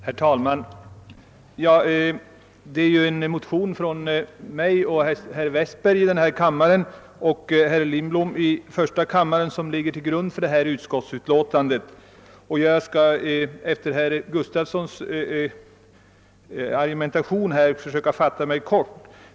Herr talman! Det är en motion av herr Westberg och mig i denna kammare och herr Lindblad i första kammaren som behandlas i detta utlåtande. Efter den argumentation för motionen och reservationen som herr Gustafson i Göteborg framfört skall jag försöka fatta mig kort.